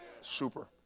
Super